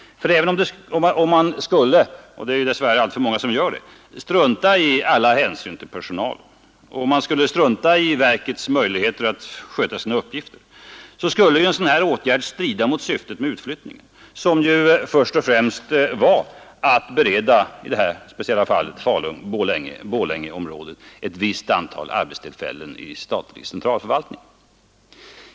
Även om man skulle — och det är ju dess värre alltför många som gör det — strunta i alla hänsyn till personalen, och om man skulle strunta i verkets möjligheter att sköta sina uppgifter, så skulle en sådan här åtgärd strida mot syftet med utflyttningen, som ju först och främst var att bereda, i det här speciella fallet, Falun-Borlängeområdet ett visst antal arbetstillfällen i statlig centralförvaltning.